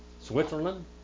Switzerland